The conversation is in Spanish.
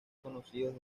conocidos